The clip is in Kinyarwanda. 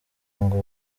ngo